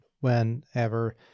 whenever